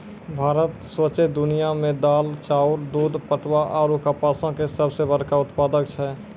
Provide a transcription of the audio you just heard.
भारत सौंसे दुनिया मे दाल, चाउर, दूध, पटवा आरु कपासो के सभ से बड़का उत्पादक छै